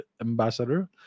ambassador